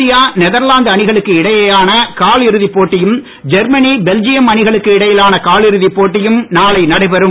India Netherlands அணிகளுக்கு இடையிலான கால் இறுதிப் போட்டியும் ஜெர்மனி பெல்ஜியம் அணிகளுக்கு இடையிலான காலிறுதிப் போட்டியும் நாளை நடைபெறும்